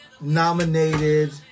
nominated